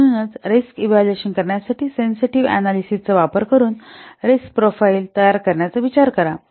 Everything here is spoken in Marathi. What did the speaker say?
म्हणूनच रिस्कचे इव्हॅल्युएशन करण्यासाठी सेन्सेटिव्ह अनॅलिसिस चा वापर करुन रिस्क प्रोफाइल तयार करण्याचा विचार करा